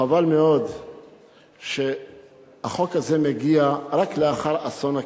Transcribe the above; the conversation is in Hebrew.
חבל מאוד שהחוק הזה מגיע רק לאחר אסון הכרמל.